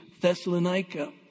Thessalonica